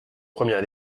première